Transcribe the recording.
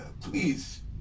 please